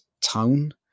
tone